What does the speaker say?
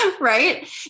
right